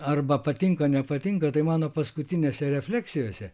arba patinka nepatinka tai mano paskutinėse refleksijose